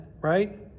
right